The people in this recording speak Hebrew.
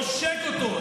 עושק אותו,